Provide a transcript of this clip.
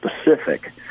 specific